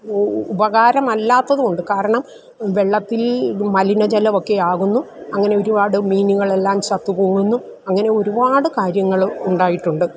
ഉപകാരമല്ലാത്തത് കൊണ്ട് കാരണം വെള്ളത്തിൽ ഇത് മലിന ജലമൊക്കെയാവുന്നു അങ്ങനെ ഒരുപാട് മീനുകളെല്ലാം ചത്ത് പൊങ്ങുന്നു അങ്ങനെ ഒരുപാട് കാര്യങ്ങൾ ഉണ്ടായിട്ടുണ്ട്